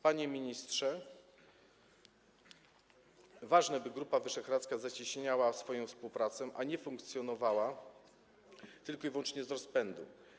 Panie ministrze, ważne, by Grupa Wyszehradzka zacieśniała swoją współpracę, a nie funkcjonowała tylko i wyłącznie z rozpędu.